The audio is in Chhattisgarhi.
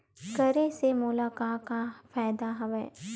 करे से मोला का का फ़ायदा हवय?